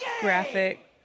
graphic